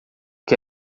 que